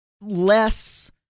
less